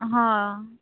ହଁ